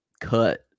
cut